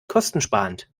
kostensparend